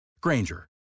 Granger